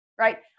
right